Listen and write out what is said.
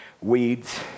Weeds